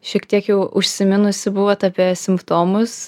šiek tiek jau užsiminusi buvot apie simptomus